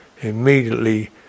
immediately